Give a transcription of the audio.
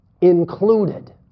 Included